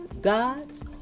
God's